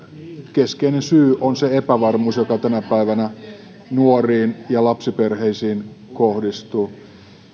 keskeinen syy on se epävarmuus joka tänä päivänä nuoriin ja lapsiperheisiin kohdistuu